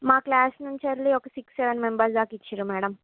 మా క్లాస్ నుంచి ఓన్లీ ఒక సిక్స్ సెవెన్ మెంబర్స్ దాకా ఇచ్చారు మేడం